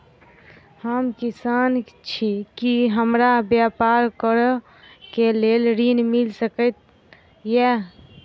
हम किसान छी की हमरा ब्यपार करऽ केँ लेल ऋण मिल सकैत ये?